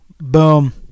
Boom